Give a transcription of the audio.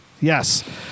Yes